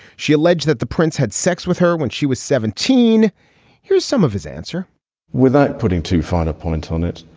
she alleged that the prince had sex with her when she was seventeen point here's some of his answer without putting too fine a point on it.